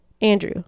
Andrew